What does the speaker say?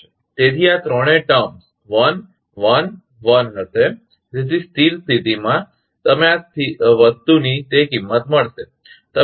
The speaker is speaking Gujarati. તેથી આ ત્રણેય શરતોશબ્દો 1 - 1 - 1 હશે તેથી સ્થિર સ્થિતિમાં તમને આ વસ્તુની તે કિંમત મળશે